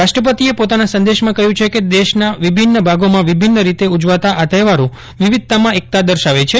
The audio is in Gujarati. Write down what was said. રાષ્ટ્રપતિએ પોતાના સંદેશમાં કહ્યું છે કે દેશના વિભિન્ન ભાગોમાં વિભન્ન રીતે ઉજવાતા આ તહેવારો વિવિધતા માં એકતા દર્શાવે છે